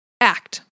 act